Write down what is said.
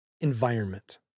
environment